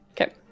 Okay